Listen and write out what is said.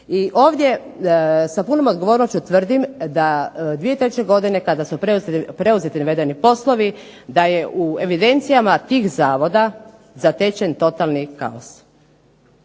i ovdje sa punom odgovornošću tvrdim da 2003. godine kada su preuzeti navedeni poslovi da je u evidencijama tih Zavoda zatečen totalni kaos